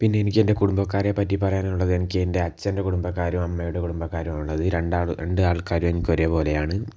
പിന്നെ എനിക്കെൻ്റെ കുടുംബക്കാരെപ്പറ്റി പറയാനുള്ളത് എനിക്ക് എൻ്റെ അച്ഛൻ്റെ കുടുംബക്കാരും അമ്മയുടെ കുടുംബക്കാരും ആണ് ഉള്ളത് ഈ ആളും രണ്ട് ആൾക്കാരും എനിക്ക് ഒരേപോലെയാണ്